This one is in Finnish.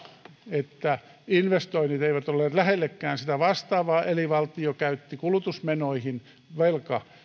että investoinnit eivät olleet lähelläkään vastaavaa eli valtio käytti kulutusmenoihin